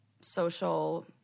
social